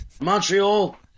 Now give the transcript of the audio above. Montreal